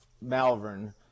Malvern